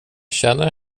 känner